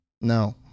No